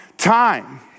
Time